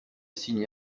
signe